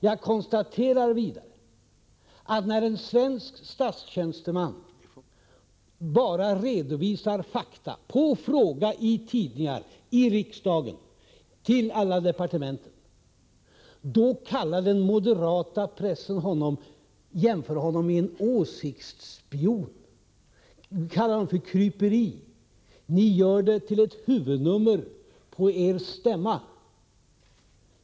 Jag konstaterar att när en svensk statstjänsteman bara redovisar fakta som svar på frågor i tidningar, i riksdagen och till alla departementen, då jämför den moderata pressen honom med en åsiktsspion och kallar det för kryperi. Ni gör det till ett huvudnummer på er stämma.